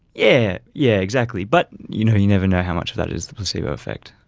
yeah yeah exactly, but you know you never know how much of that is the placebo effect.